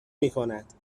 میکند